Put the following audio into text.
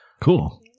Cool